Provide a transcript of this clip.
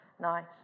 Nice